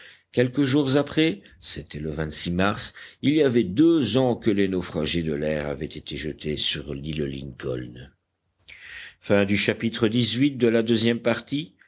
quelques jours après c'était le mars et il y avait deux ans que les naufragés de l'air avaient été jetés sur l'île lincoln chapitre xix